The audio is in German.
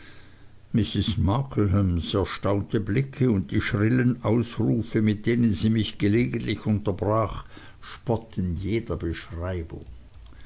mrs marklehams erstaunte blicke und die schrillen ausrufe mit denen sie mich gelegentlich unterbrach spotten jeder beschreibung